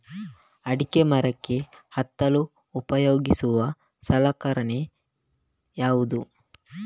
ಅಡಿಕೆ ಮರಕ್ಕೆ ಹತ್ತಲು ಉಪಯೋಗಿಸುವ ಸಲಕರಣೆ ಯಾವುದು?